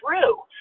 true